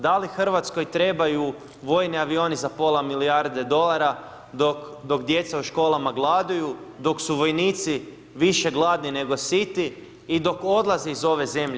Da li Hrvatskoj trebaju vojni avioni za pola milijarde dolara, dok djeca u školama gladuju, dok su vojnici više gladni nego siti i dok odlaze iz ove zemlje.